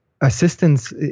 assistance